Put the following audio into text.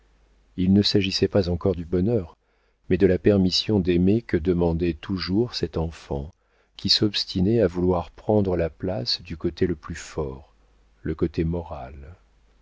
il ne s'agissait pas encore du bonheur mais de la permission d'aimer que demandait toujours cet enfant qui s'obstinait à vouloir prendre la place du côté le plus fort le côté moral